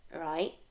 right